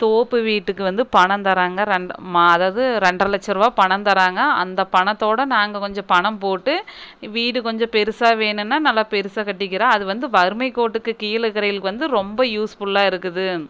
தோப்பு வீட்டுக்கு வந்து பணம் தராங்க ரெண்ட் மா அதாவது ரெண்டரை லட்சரூவா பணம் தராங்க அந்த பணத்தோடு நாங்கள் கொஞ்சம் பணம் போட்டு வீடு கொஞ்சம் பெரிசா வேணுன்னா நல்லா பெரிசா கட்டிக்கிறோம் அது வந்து வறுமை கோட்டுக்கு கீழே இருக்குறவிகளுக்கு வந்து ரொம்ப யூஸ்ஃபுல்லாக இருக்குது